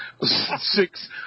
six